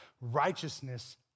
Righteousness